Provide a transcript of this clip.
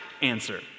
answer